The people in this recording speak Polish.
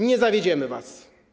Nie zawiedziemy was.